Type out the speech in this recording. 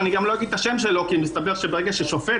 וגם לא אגיד את השם שלו כי מסתבר שברגע ששופט